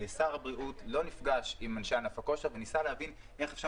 שר הבריאות לא נפגש עם נציגי ענף הכושר על מנת להבין איך אפשר